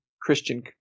Christian